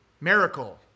Miracle